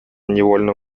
невольно